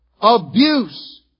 abuse